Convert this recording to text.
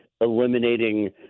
eliminating